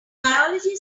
biology